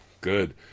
good